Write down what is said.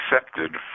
accepted